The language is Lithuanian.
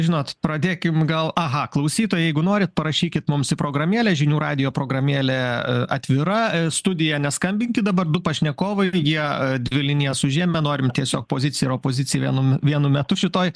žinot pradėkim gal aha klausytojai jeigu norit parašykit mums į programėlę žinių radijo programėlė atvira studija neskambinkit dabar du pašnekovai jie dvi linijas užėmę norim tiesiog poziciją ir opoziciją venum vienu metu šitoj